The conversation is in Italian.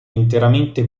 interamente